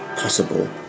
Possible